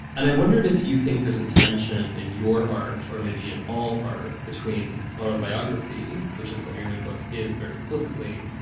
and i wondered if you think there's a tension in your art or maybe in all r between autobiography, which is what your new book is very explicitly,